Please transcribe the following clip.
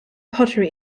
pottery